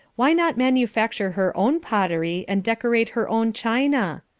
why not manufacture her own pottery and decorate her own china?